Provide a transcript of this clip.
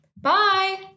Bye